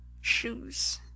shoes